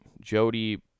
Jody